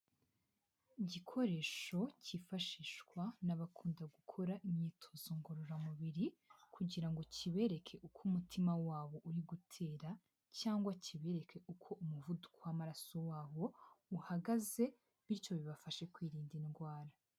Igikoresho cyifashishwa n'abakunda gukora imyitozo ngororamubiri kugira ngo kibereke uko umutima wabo uri gutera cyangwa kibereke uko umuvuduko w'amaraso wawo uhagaze bityo bibafashe kwirinda indwara.